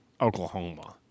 Oklahoma